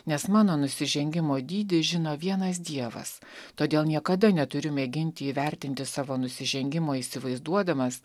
nes mano nusižengimo dydį žino vienas dievas todėl niekada neturiu mėginti įvertinti savo nusižengimo įsivaizduodamas